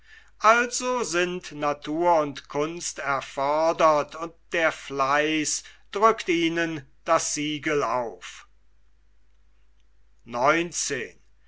also sind natur und kunst erfordert und der fleiß drückt ihnen das siegel auf